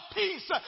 peace